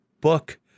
book